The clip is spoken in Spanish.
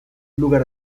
lugar